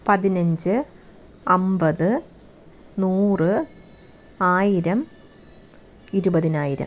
പതിനഞ്ച് അമ്പത് നൂറ് ആയിരം ഇരുപതിനായിരം